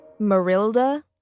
Marilda